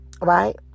right